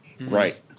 right